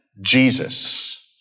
Jesus